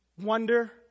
wonder